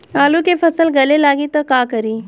आलू के फ़सल गले लागी त का करी?